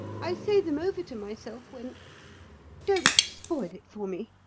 i say them over to myself when don't spoil it for me.